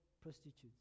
prostitutes